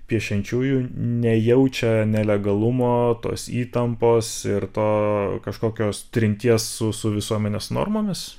piešiančiųjų nejaučia nelegalumo tos įtampos ir to kažkokios trinties su su visuomenės normomis